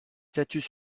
statues